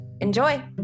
Enjoy